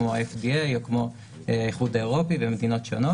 כמו ה-FDA או כמו האיחוד האירופי במדינות שונות.